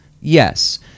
Yes